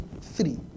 three